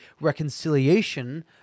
reconciliation